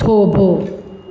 થોભો